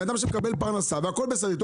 בן אדם שמקבל פרנסה והכול בסדר איתו.